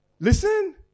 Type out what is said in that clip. Listen